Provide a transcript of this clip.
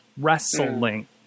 wrestling